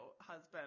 husband